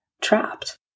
trapped